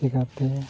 ᱪᱤᱠᱟᱛᱮ